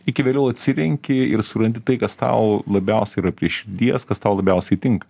iki vėliau atsirenki ir surandi tai kas tau labiausiai yra prie širdies kas tau labiausiai tinka